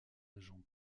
agents